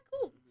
cool